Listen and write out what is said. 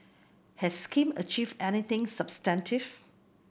has Kim achieved anything substantive